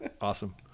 awesome